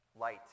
light